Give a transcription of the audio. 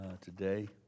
today